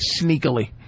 sneakily